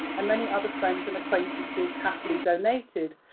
and many other friends and acquaintances happily donated,